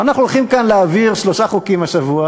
אנחנו הולכים להעביר כאן שלושה חוקים השבוע,